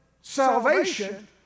salvation